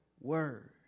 word